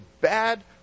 bad